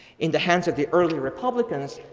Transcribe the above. in the hands of the early republicans,